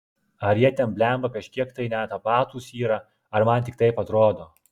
ar jie ten blemba kažkiek tai ne tapatūs yra ar man tik taip atrodo